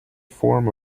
form